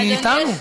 אני אתנו.